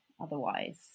otherwise